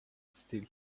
still